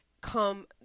come